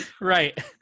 right